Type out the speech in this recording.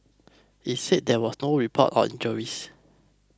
it said there were no report of injuries